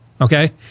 Okay